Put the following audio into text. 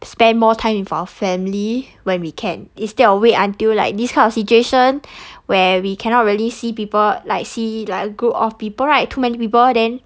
spend more time with our family when we can instead of wait until like this kind of situation where we cannot really see people like see like a group of people right too many people then